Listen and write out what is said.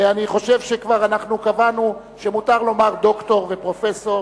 ואני חושב שכבר קבענו שמותר לומר ד"ר ופרופסור